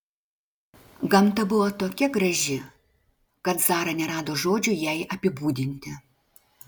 gamta buvo tokia graži kad zara nerado žodžių jai apibūdinti